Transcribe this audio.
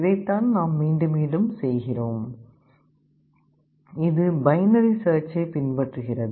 இதைத்தான் நாம் மீண்டும் மீண்டும் செய்கிறோம் இது பைனரி சேர்ச்சைப் பின்பற்றுகிறது